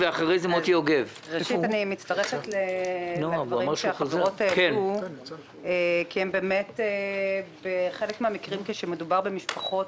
אני מצטרפת לדברים שהחברות אמרו כי בחלק מן המקרים כאשר מדובר במשפחות,